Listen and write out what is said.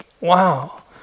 wow